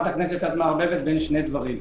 את מערבבת בין שני דברים.